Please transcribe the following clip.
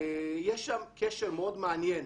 יש שם קשר מאוד מעניין